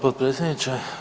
potpredsjedniče.